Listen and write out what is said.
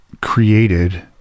created